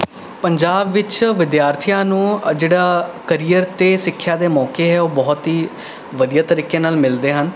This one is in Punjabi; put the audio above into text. ਪੰਜਾਬ ਵਿੱਚ ਵਿਦਿਆਰਥੀਆਂ ਨੂੰ ਜਿਹੜਾ ਕਰੀਅਰ ਅਤੇ ਸਿੱਖਿਆ ਦੇ ਮੌਕੇ ਹੈ ਉਹ ਬਹੁਤ ਹੀ ਵਧੀਆ ਤਰੀਕੇ ਨਾਲ ਮਿਲਦੇ ਹਨ